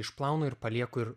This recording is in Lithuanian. išplaunu ir palieku ir